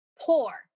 poor